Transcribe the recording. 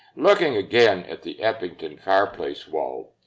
looking again at the eppington fireplace wall,